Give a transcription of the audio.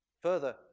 Further